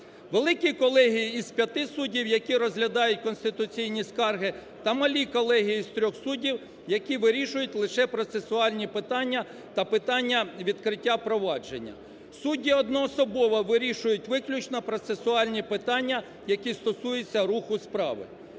Великі колегії із 5 суддів, які розглядають конституційні скарги та малі колегії з 3 суддів, які вирішують лише процесуальні питання та питання відкриття провадження. Судді одноособово вирішують виключно процесуальні питання, які стосуються руху справи.